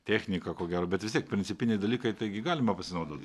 technika ko gero bet vis tiek principiniai dalykai taigi galima pasinaudot